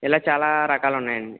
ఇలా చాలా రకాలు ఉన్నాయి అండి